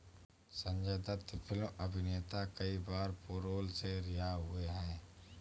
Sanjay Dutt film अभिनेता कई बार पैरोल से रिहा हुए हैं